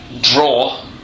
draw